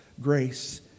grace